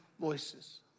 voices